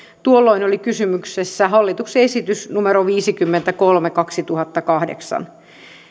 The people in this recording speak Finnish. tuolloin oli kysymyksessä hallituksen esitys numero viisikymmentäkolme kautta kaksituhattakahdeksan